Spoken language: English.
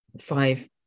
five